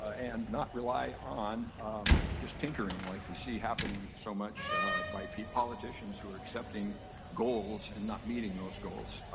and not rely on just tinkering like we see happening so much by politicians who are accepting goals and not meeting those goals.